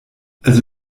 also